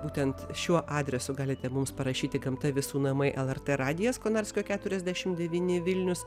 būtent šiuo adresu galite mums parašyti gamta visų namai lrt radijas konarskio keturiasdešimt devyni vilnius